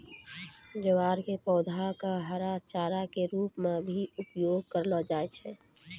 ज्वार के पौधा कॅ हरा चारा के रूप मॅ भी उपयोग करलो जाय छै